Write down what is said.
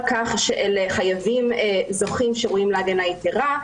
כך שאלה חייבים זוכים שראויים להגנה יתרה.